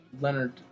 Leonard